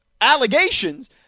allegations